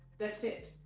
bthat's it,